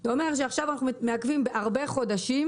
זה אומר שעכשיו אנחנו מעכבים בהרבה חודשים